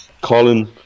Colin